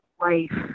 life